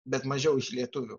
bet mažiau už lietuvių